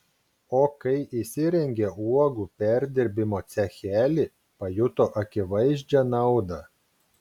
o kai įsirengė uogų perdirbimo cechelį pajuto akivaizdžią naudą